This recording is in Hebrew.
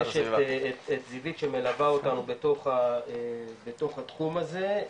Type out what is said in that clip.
יש את זיוית שמלווה אותנו בתוך התחום הזה,